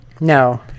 No